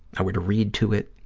i would read to it,